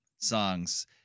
songs